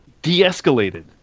de-escalated